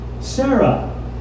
Sarah